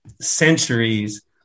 centuries